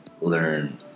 learn